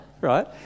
right